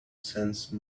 sense